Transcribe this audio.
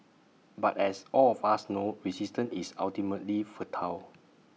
but as all of us know resistance is ultimately futile